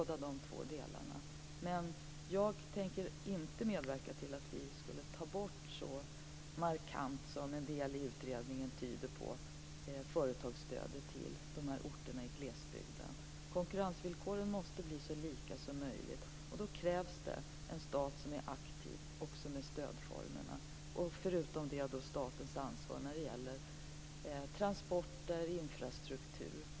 Jag tänker inte medverka till att vi skulle ta bort företagsstödet till de orterna i glesbygden så markant som en del i utredningen tyder på. Konkurrensvillkoren måste bli så lika som möjligt. Då krävs det en stat som är aktiv också med stödformerna. Förutom det har staten ett ansvar när det gäller transporter och infrastruktur.